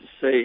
say